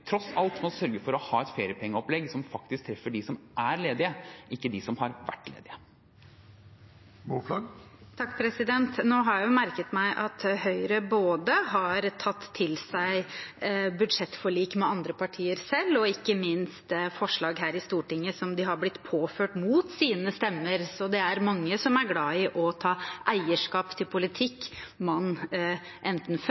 tross alt må sørge for å ha et feriepengeopplegg som faktisk treffer dem som er ledige, ikke dem som har vært ledige. Nå har jeg jo merket meg at Høyre både har tatt til seg budsjettforlik med andre partier selv, og ikke minst forslag her i Stortinget som de har blitt påført mot sine stemmer, så det er mange som er glad i å ta eierskap til politikk som man enten før